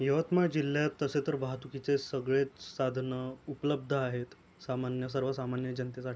यवतमाळ जिल्ह्यात तसे तर वाहतुकीचे सगळेच साधनं उपलब्ध आहेत सामान्य सर्वसामान्य जनतेसाठी